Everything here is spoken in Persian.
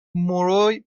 موروی